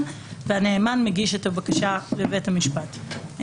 והנאמן מגיש את הבקשה לבית המשפט .